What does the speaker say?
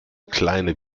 kleine